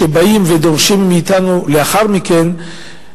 שבאים ודורשים מאתנו לאחר מכן,